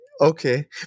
Okay